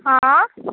हॅं